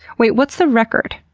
wait, what's the record?